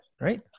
Right